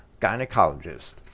gynecologist